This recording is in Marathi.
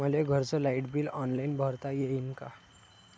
मले घरचं लाईट बिल ऑनलाईन भरता येईन का?